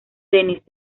dennis